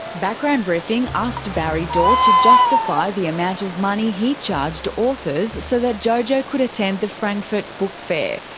background briefing asked barry dorr to justify the amount of money he charged authors so that jojo could attend the frankfurt book fair.